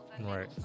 Right